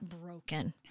broken